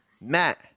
Matt